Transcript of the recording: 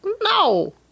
No